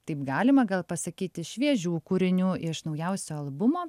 taip galima gal pasakyti šviežių kūrinių iš naujausio albumo